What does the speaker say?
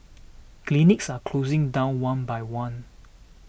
clinics are closing down one by one